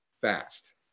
fast